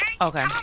Okay